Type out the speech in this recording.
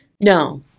No